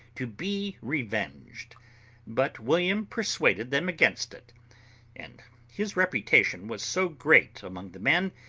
to be revenged but william persuaded them against it and his reputation was so great among the men,